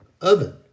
oven